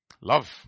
Love